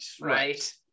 right